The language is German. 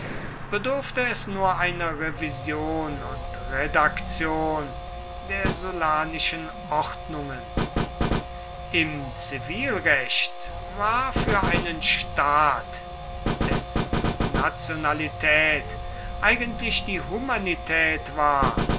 bedurfte es nur einer revision und redaktion der sullanischen ordnungen im zivilrecht war für einen staat dessen nationalität eigentlich die humanität war